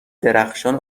درخشان